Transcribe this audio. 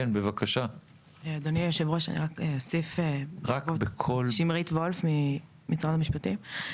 אדוני היושב-ראש, שמרית וולף ממשרד המשפטים.